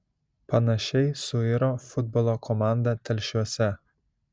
panašiai suiro futbolo komanda telšiuose